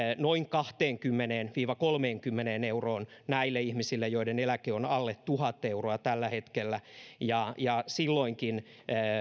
noin kahteenkymmeneen viiva kolmeenkymmeneen euroon näille ihmisille joiden eläke on alle tuhat euroa tällä hetkellä ja ja silloinkin